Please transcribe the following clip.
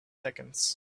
seconds